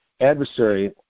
adversary